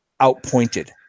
Outpointed